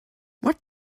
what